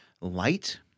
light